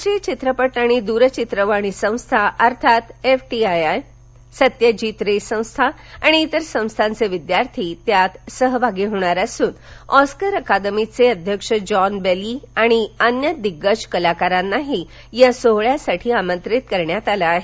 राष्ट्रीय चित्रपट आणि दूरचित्रवाणी संस्था अर्थात एफटीआयआय सत्यजित रे आणि इतर संस्थांचे विद्यार्थी यात सहभागी होणार असून ऑस्कर अकादमीचे अध्यक्ष जॉन बेली आणि अन्य दिग्गज कलाकारांनाही या सोहळयासाठी आमंत्रित करण्यात आले आहे